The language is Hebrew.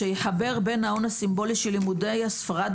שיחבר בין ההון הסימבולי של לימודי ספרד